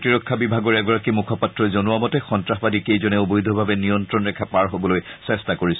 প্ৰতিৰক্ষা বিভাগৰ এগৰাকী মুখপাত্ৰই জনোৱা মতে সন্তাসবাদী কেইজনে অবৈধভাৱে নিয়ন্ত্ৰণ ৰেখা পাৰ হবলৈ চেষ্টা কৰিছিল